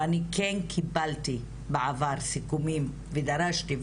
ואני כן קיבלתי בעבר סיכומים ודרשתי,